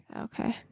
Okay